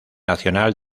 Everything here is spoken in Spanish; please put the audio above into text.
nacional